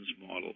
model